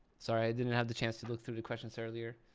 sorry, i didn't have the chance to look through the questions earlier.